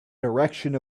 direction